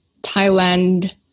Thailand